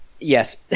Yes